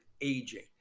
aging